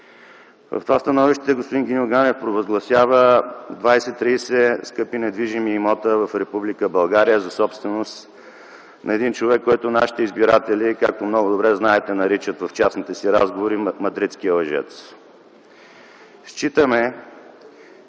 В това становище господин Гиньо Ганев провъзгласява 20-30 скъпи недвижими имоти в Република България за собственост на един човек, който нашите избиратели, както много добре знаете, наричат в частните си разговори „мадридския лъжец”.